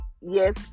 yes